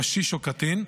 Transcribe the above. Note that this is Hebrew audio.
קשיש או קטין,